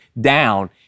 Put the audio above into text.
down